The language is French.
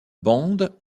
bande